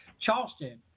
Charleston